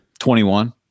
21